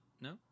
no